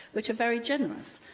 which are very generous.